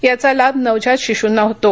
याचा लाभ नवजात शिश्रंना होतो